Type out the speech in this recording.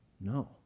No